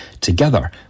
Together